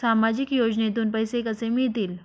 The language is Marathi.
सामाजिक योजनेतून पैसे कसे मिळतील?